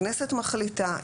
הכנסת מחליטה,